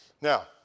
Now